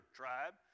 tribe